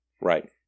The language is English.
Right